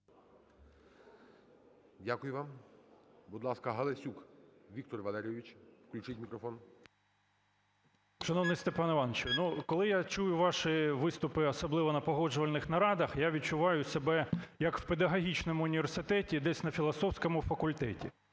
Дякую вам. Будь ласка, Галасюк Віктор Валерійович, включіть мікрофон. 10:43:51 ГАЛАСЮК В.В. Шановний Степане Івановичу, ну, коли я чую ваші виступи, особливо на погоджувальних нарадах, я відчуваю себе як у педагогічному університеті десь на філософському факультеті.